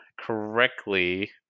correctly